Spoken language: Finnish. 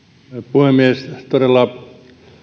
puhemies todella